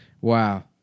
Wow